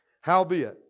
Howbeit